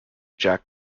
jack